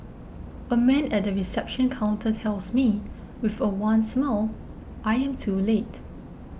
a man at the reception counter tells me with a wan smile I am too late